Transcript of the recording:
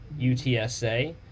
UTSA